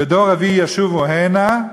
ודור רביעי ישובו הנה",